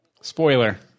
Spoiler